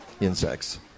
insects